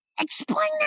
Explain